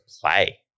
play